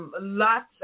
Lots